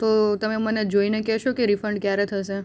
તો તમે મને જોઈને કહેશો કે રિફંડ ક્યારે થશે